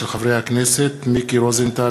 של חברי הכנסת מיקי רוזנטל,